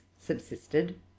subsisted